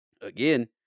Again